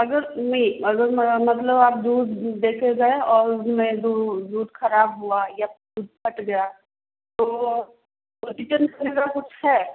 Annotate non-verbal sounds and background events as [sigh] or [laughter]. अगर नहीं अगर मैं मतलब आप दूध दे कर गए और मैं दूध खराब हुआ या दूध फट गया तो [unintelligible] वगैरह कुछ है